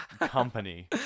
company